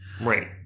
Right